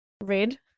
red